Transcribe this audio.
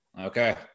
Okay